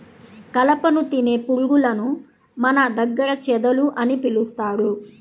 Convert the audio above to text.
కలపను తినే పురుగులను మన దగ్గర చెదలు అని పిలుస్తారు